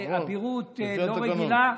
באבירות לא רגילה,